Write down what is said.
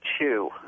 two